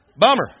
Bummer